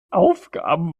aufgaben